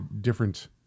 different